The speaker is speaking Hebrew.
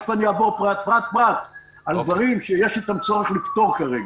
תיכף אעבור פרט-פרט על הדברים שיש צורך לפתור אותם כרגע.